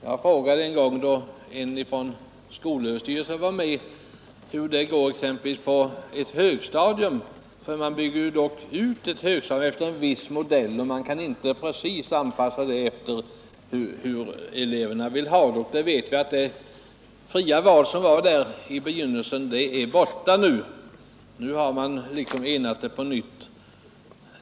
Jag frågade en gång, då en representant från skolöverstyrelsen var med, hur det går exempelvis på ett högstadium. Man bygger ut ett högstadium efter en viss modell, och man kan inte precis anpassa det efter hur eleverna vill ha det. Det fria val som fanns i begynnelsen är borta.